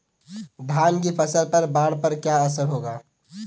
धान की फसल पर बाढ़ का क्या असर होगा?